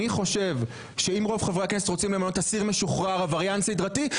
אני חושב שאם רוב חברי הכנסת רוצים למנות אסיר משוחרר עבריין סדרתי,